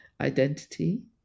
identity